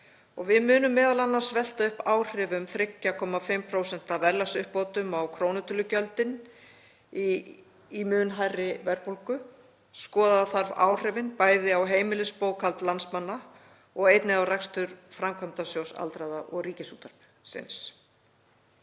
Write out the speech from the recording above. Við munum m.a. velta upp áhrifum 3,5% verðlagsuppbótum á krónutölugjöldin í mun hærri verðbólgu. Skoða þarf áhrifin bæði á heimilisbókhald landsmanna og einnig á rekstur Framkvæmdasjóðs aldraðra og Ríkisútvarpsins.